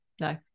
no